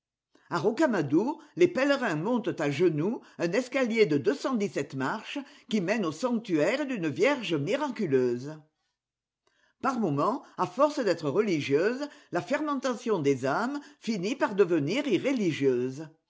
a rocamadour les pèlerins montent à genoux un escalier de marches qui mène au sanctuaire d'une vierge miraculeuse par moments à force d'être religieuse la fermentation des âmes finit par devenir irréligieuse